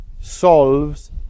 solves